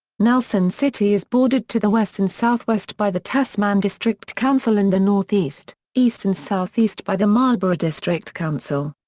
nelson city is bordered to the west and south-west by the tasman district council and the north-east, east and south-east by the marlborough district council.